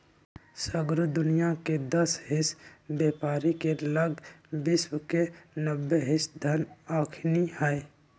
सगरो दुनियाँके दस हिस बेपारी के लग विश्व के नब्बे हिस धन अखनि हई